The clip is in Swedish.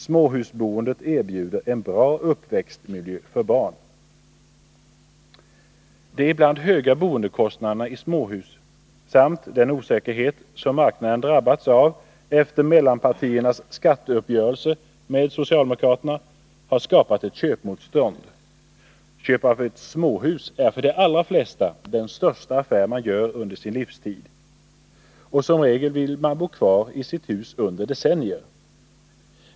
Småhusboendet erbjuder en bra uppväxtmiljö för barn. De ibland höga boendekostnaderna i småhus samt den osäkerhet som marknaden drabbats av efter mellanpartiernas skatteuppgörelse med socialdemokraterna har emellertid skapat ett köpmotstånd. Köp av ett småhus är för de allra flesta den största affär de gör under sin livstid, och som regel vill man bo kvar i sitt hus under decennier.